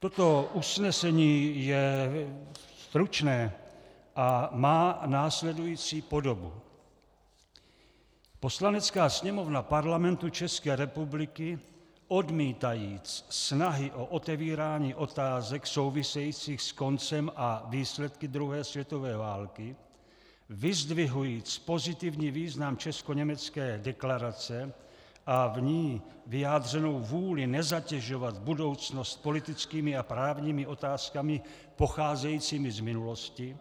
Toto usnesení je stručné a má následující podobu: Poslanecká sněmovna Parlamentu České republiky, odmítajíc snahy o otevírání otázek souvisejících s koncem a výsledky druhé světové války, vyzdvihujíc pozitivní význam Českoněmecké deklarace a v ní vyjádřenou vůli nezatěžovat budoucnost politickými a právními otázkami pocházejícími z minulosti,